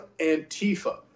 Antifa